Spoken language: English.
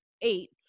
eight